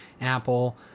apple